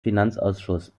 finanzausschuss